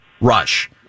Rush